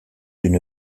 une